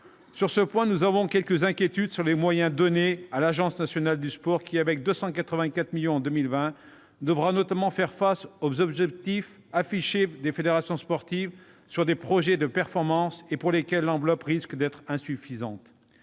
Sur ce point, nous avons quelques inquiétudes quant aux moyens donnés à l'Agence nationale du sport, qui, avec 284 millions d'euros en 2020, devra notamment se confronter aux objectifs affichés des fédérations sportives en matière de projets de performances ; l'enveloppe risque d'être insuffisante.